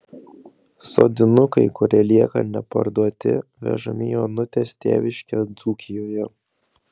sodinukai kurie lieka neparduoti vežami į onutės tėviškę dzūkijoje